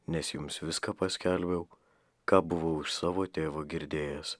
nes jums viską paskelbiau ką buvau iš savo tėvo girdėjęs